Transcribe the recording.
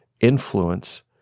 influence